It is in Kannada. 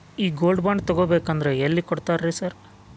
ಈ ಗೋಲ್ಡ್ ಬಾಂಡ್ ತಗಾಬೇಕಂದ್ರ ಎಲ್ಲಿ ಕೊಡ್ತಾರ ರೇ ಸಾರ್?